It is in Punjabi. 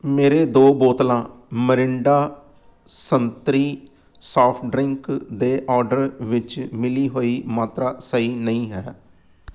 ਮੇਰੇ ਦੋ ਬੋਤਲਾਂ ਮਰਿੰਡਾ ਸੰਤਰੀ ਸੋਫਟ ਡਰਿੰਕ ਦੇ ਔਡਰ ਵਿੱਚ ਮਿਲੀ ਹੋਈ ਮਾਤਰਾ ਸਹੀ ਨਹੀਂ ਹੈ